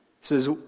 says